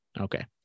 Okay